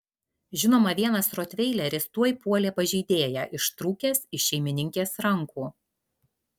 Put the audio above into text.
žinoma vienas rotveileris tuoj puolė pažeidėją ištrūkęs iš šeimininkės rankų